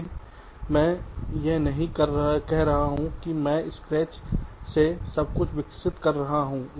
लेकिन मैं यह नहीं कह रहा हूं कि मैं स्क्रैच से सब कुछ विकसित कर रहा हूं